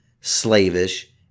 slavish